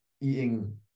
Eating